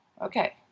okay